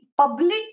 Public